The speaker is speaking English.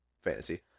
fantasy